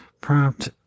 prompt